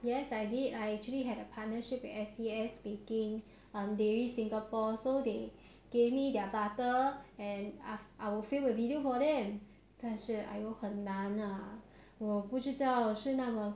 yes I did I actually had a partnership with S_B_S baking um dairy singapore so they gave me their butter and I I'll film a video for them 但是 !aiyo! 很难啊我不知道是那么